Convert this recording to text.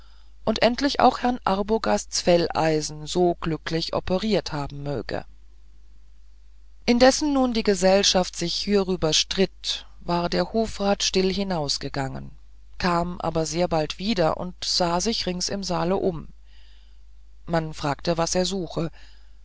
und endlich auch herrn arbogasts felleisen so glücklich operiert haben möge indes nun die gesellschaft sich hierüber stritt war der hofrat still hinausgegangen kam aber sehr bald wieder und sah sich rings im saale um man fragte was er suche